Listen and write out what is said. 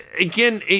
again